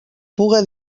puga